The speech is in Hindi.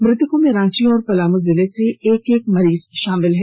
मृतकों में रांची और पलामू जिले से एक एक मरीज शामिल है